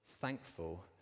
thankful